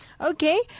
Okay